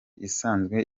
isanzwe